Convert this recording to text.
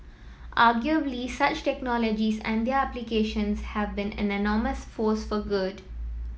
arguably such technologies and their applications have been an enormous force for good